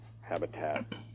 habitat